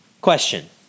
Question